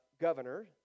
governor